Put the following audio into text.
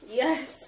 yes